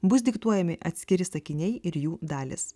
bus diktuojami atskiri sakiniai ir jų dalys